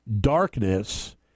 darkness